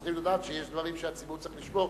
צריכים לדעת שיש דברים שהציבור צריך לשמור.